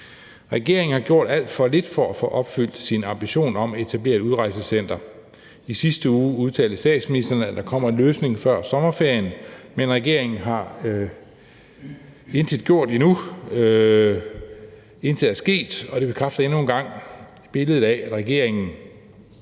Regeringen har gjort alt for lidt for at få opfyldt sin ambition om at etablere et udrejsecenter. I sidste uge udtalte statsministeren, at der kommer en løsning før sommerferien, men regeringen har intet gjort endnu. Intet er sket, og det bekræfter endnu en gang billedet af, at regeringen